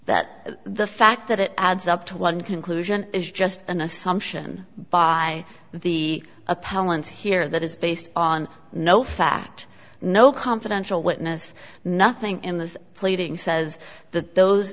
that the fact that it adds up to one conclusion is just an assumption by the appellants here that is based on no fact no confidential witness nothing in the pleading says that those